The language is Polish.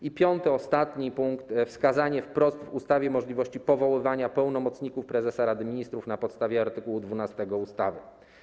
I piąty, ostatni punkt, wskazanie wprost w ustawie możliwości powoływania pełnomocników prezesa Rady Ministrów na podstawie art. 12 ustawy.